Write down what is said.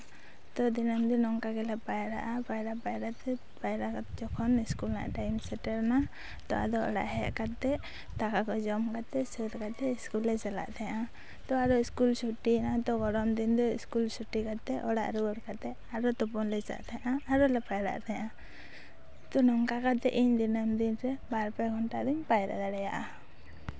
ᱛᱚ ᱫᱤᱱᱟᱹᱢ ᱫᱤᱱ ᱚᱱᱠᱟ ᱜᱮᱞᱮ ᱯᱟᱭᱨᱟᱜᱼᱟ ᱯᱟᱭᱨᱟ ᱯᱟᱭᱨᱟ ᱛᱮ ᱡᱚᱠᱷᱚᱱ ᱤᱥᱠᱩᱞ ᱨᱮᱱᱟᱜ ᱴᱟᱭᱤᱢ ᱥᱮᱴᱮᱨᱮᱱᱟ ᱛᱚ ᱟᱫᱚ ᱚᱲᱟᱜ ᱦᱮᱡ ᱠᱟᱛᱮ ᱫᱟᱠᱟ ᱠᱚ ᱡᱚᱢ ᱠᱟᱛᱮ ᱥᱟᱹᱛ ᱠᱟᱛᱮ ᱤᱥᱠᱩᱞ ᱞᱮ ᱪᱟᱞᱟᱜ ᱛᱟᱦᱮᱸᱜᱼᱟ ᱛᱚ ᱟᱫᱚ ᱤᱥᱠᱩᱞ ᱪᱷᱩᱴᱤᱭᱮᱱᱟ ᱛᱚ ᱜᱚᱨᱚᱢ ᱫᱤᱱ ᱫᱚ ᱤᱥᱠᱩᱞ ᱪᱷᱩᱴᱤ ᱠᱟᱛᱮ ᱚᱲᱟᱜ ᱨᱩᱣᱟᱹᱲ ᱠᱟᱛᱮ ᱟᱫᱚ ᱛᱩᱯᱩᱱ ᱞᱮ ᱪᱟᱞᱟᱜ ᱛᱟᱦᱮᱸᱜᱼᱟ ᱟᱫᱚ ᱞᱮ ᱯᱟᱭᱨᱟᱜ ᱛᱟᱦᱮᱸᱜᱼᱟ ᱛᱚ ᱱᱚᱝᱠᱟ ᱠᱟᱛᱮ ᱫᱤᱱᱟᱰᱢ ᱫᱤᱱ ᱨᱮ ᱤᱧ ᱵᱟᱨ ᱯᱮ ᱜᱷᱚᱱᱴᱟ ᱫᱩᱧ ᱯᱟᱭᱨᱟ ᱫᱟᱲᱮᱭᱟᱜᱼᱟ